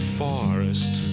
forest